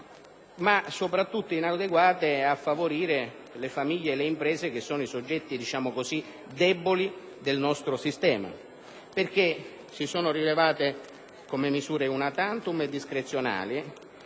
ma soprattutto inadeguate a favorire le famiglie e le imprese che sono i soggetti deboli del nostro sistema, perché si sono rivelate misure *una tantum* e discrezionali